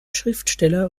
schriftsteller